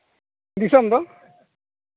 ᱫᱤᱥᱚᱢ ᱫᱚ